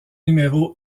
numéros